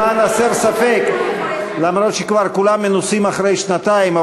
למען הסר ספק ואף שכבר כולם מנוסים אחרי שנתיים,